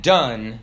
done